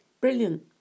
Brilliant